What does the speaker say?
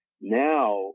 Now